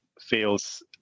feels